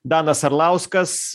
danas arlauskas